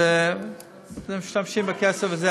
אז משתמשים בכסף.